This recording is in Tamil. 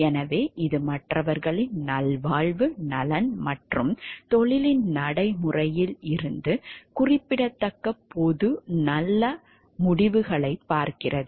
எனவே இது மற்றவர்களின் நல்வாழ்வு நலன் மற்றும் தொழிலின் நடைமுறையில் இருந்து குறிப்பிடத்தக்க பொது நல்ல முடிவுகளைப் பார்க்கிறது